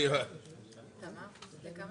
אני מאגף התקציבים במשרד